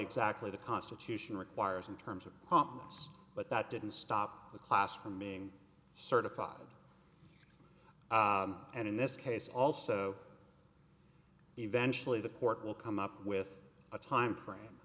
exactly the constitution requires in terms of pumps but that didn't stop the class from being certified and in this case also eventually the court will come up with a time frame